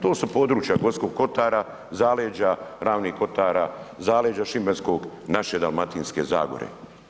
To su područja Gorskog Kotara, zaleđa, Ravnih Kotara, zaleđa Šibenskog, naše Dalmatinske Zagore.